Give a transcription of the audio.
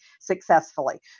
successfully